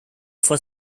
for